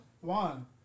one